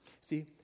See